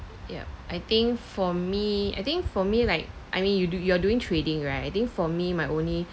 yup I think for me I think for me like I mean you do you are doing trading right I think for me my only